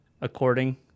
according